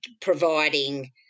providing